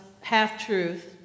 half-truth